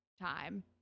time